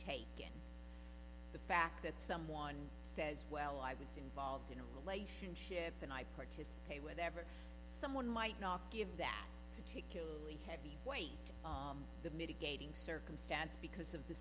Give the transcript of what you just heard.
taken the fact that someone says well i was involved in a relationship and i participate whatever someone might not give that heavy weight to the mitigating circumstance because of the